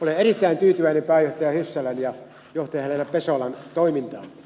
olen erittäin tyytyväinen pääjohtaja hyssälän ja johtaja helena pesolan toimintaan